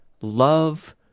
love